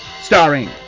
Starring